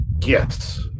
Yes